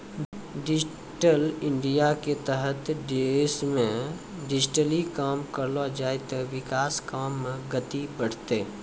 digital इंडियाके तहत देशमे डिजिटली काम करलो जाय ते विकास काम मे गति बढ़तै